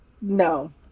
no